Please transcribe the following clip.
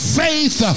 faith